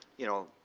you know,